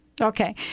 Okay